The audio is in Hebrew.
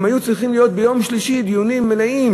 שהיו צריכים להיות ביום שלישי דיונים מלאים